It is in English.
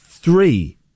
Three